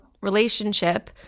relationship